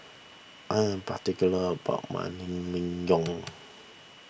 I am particular about my Naengmyeon